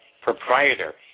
proprietor